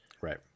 Right